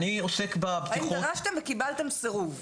האם דרשתם וקיבלתם סירוב?